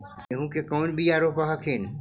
गेहूं के कौन बियाह रोप हखिन?